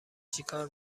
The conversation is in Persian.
چیکار